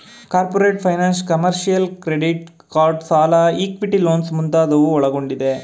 corporate finance, commercial, credit card ಸಾಲ, equity loans ಮುಂತಾದವು ಒಳಗೊಂಡಿದೆ